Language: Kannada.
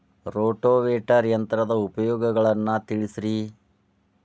ರೋಟೋವೇಟರ್ ಯಂತ್ರದ ಉಪಯೋಗಗಳನ್ನ ತಿಳಿಸಿರಿ